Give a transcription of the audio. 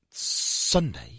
Sunday